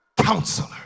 Counselor